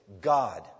God